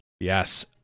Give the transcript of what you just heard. Yes